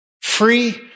Free